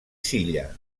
silla